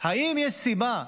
אם יש סיבה,